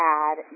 add